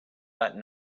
that